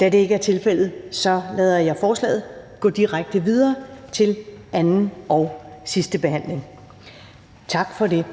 Da det ikke er tilfældet, lader jeg forslaget gå direkte videre til anden og sidste behandling. Tak for det.